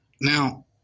Now